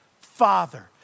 Father